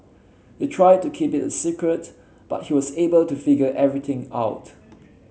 they tried to keep it a secret but he was able to figure everything out